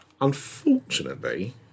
Unfortunately